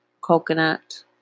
coconut